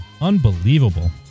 Unbelievable